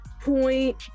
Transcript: point